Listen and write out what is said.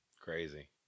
crazy